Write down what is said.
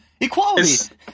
Equality